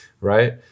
right